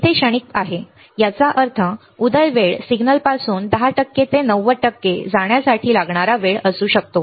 तेथे ते क्षणिक आहे याचा अर्थ उदय वेळ सिग्नलपासून 10 टक्के ते 90 टक्के जाण्यासाठी लागणारा वेळ असू शकतो